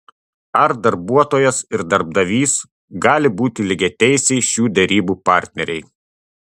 ar darbuotojas ir darbdavys gali būti lygiateisiai šių derybų partneriai